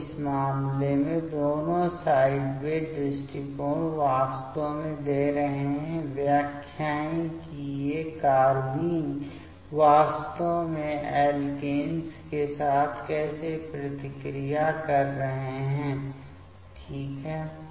तो इस मामले में दोनों साइडवे दृष्टिकोण वास्तव में दे रहे हैं व्याख्याएं कि ये कार्बेन वास्तव में अल्केन्स के साथ कैसे प्रतिक्रिया कर रहे हैं ठीक है